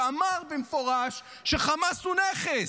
שאמר במפורש שחמאס הוא נכס.